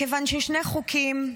מכיוון ששני חוקים,